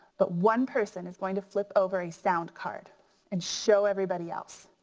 but one person is going to flip over a sound card and show everybody else,